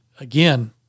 again